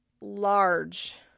large